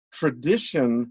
tradition